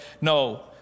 no